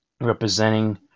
representing